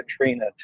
Katrina